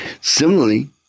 similarly